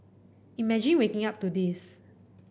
imagine waking up to this